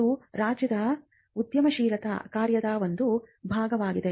ಇದು ರಾಜ್ಯದ ಉದ್ಯಮಶೀಲತಾ ಕಾರ್ಯದ ಒಂದು ಭಾಗವಾಗಿದೆ